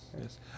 Yes